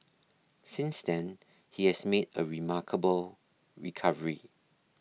since then he has made a remarkable recovery